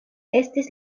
estis